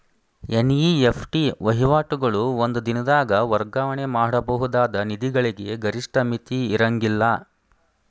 NEFT ವಹಿವಾಟುಗಳು ಒಂದ ದಿನದಾಗ್ ವರ್ಗಾವಣೆ ಮಾಡಬಹುದಾದ ನಿಧಿಗಳಿಗೆ ಗರಿಷ್ಠ ಮಿತಿ ಇರ್ಂಗಿಲ್ಲಾ